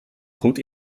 goed